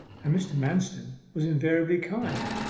and mr. manston was invariably kind.